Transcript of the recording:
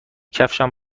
کفشم